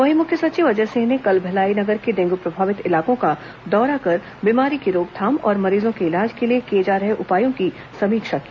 वहीं मुख्य सचिव अजय सिंह ने कल भिलाई नगर के डेंगू प्रभावित इलाकों का दौरा कर बीमारी की रोकथाम और मरीजों के इलाज के लिए किए जा रहे उपायों की समीक्षा की